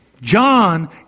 John